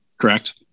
correct